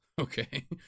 okay